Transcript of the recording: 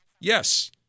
yes